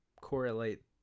correlate